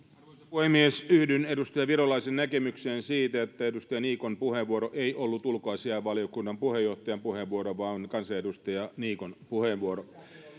puhemies yhdyn edustaja virolaisen näkemykseen siitä että edustaja niikon puheenvuoro ei ollut ulkoasiainvaliokunnan puheenjohtajan puheenvuoro vaan kansanedustaja niikon puheenvuoro